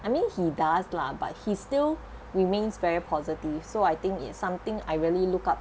I mean he does la but he's still remains very positive so I think it's something I really looked up